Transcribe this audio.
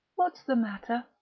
what's the matter?